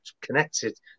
connected